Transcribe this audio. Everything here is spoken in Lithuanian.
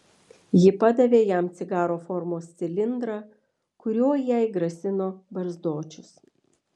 ji padavė jam cigaro formos cilindrą kuriuo jai grasino barzdočius